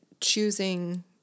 choosing